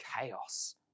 chaos